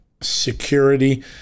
security